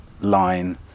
line